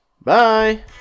Bye